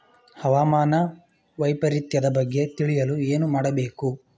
ಹವಾಮಾನ ವೈಪರಿತ್ಯದ ಬಗ್ಗೆ ತಿಳಿಯಲು ಏನು ಮಾಡಬೇಕು?